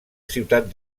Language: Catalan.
ciutat